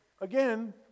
again